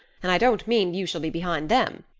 and i don't mean you shall be behind them.